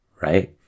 right